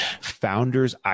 Founder's